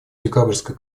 декабрьской